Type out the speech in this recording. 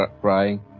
crying